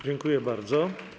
Dziękuję bardzo.